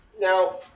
Now